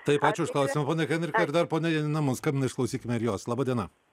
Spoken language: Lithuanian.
taip ačiū už klausimą ponia henrika ir dar ponia janina mums skambina iš klausykime ir jos laba diena